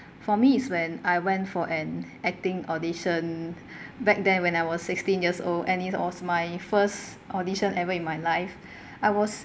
for me is when I went for an acting audition back then when I was sixteen years old and it was my first audition ever in my life I was